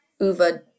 Uva